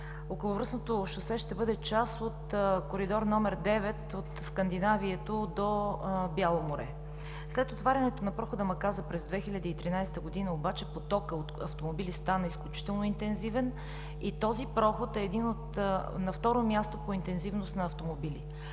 Околовръстното шосе ще бъде част от Коридор № 9 – от Скандинавието до Бяло море, обаче след отварянето на прохода Маказа през 2013 г. потокът от автомобили стана изключително интензивен и този проход е на второ място по интензивност на автомобили.